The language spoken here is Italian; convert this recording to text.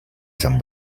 san